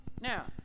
Now